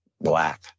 black